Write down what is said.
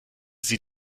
sie